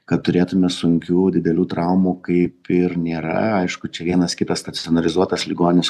kad turėtume sunkių didelių traumų kaip ir nėra aišku čia vienas kitas stacionarizuotas ligonis